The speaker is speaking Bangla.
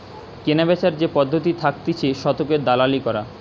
কেনাবেচার যে পদ্ধতি থাকতিছে শতকের দালালি করা